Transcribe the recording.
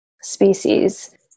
species